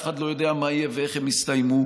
אחד לא יודע מה יהיה ואיך הם יסתיימו.